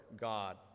God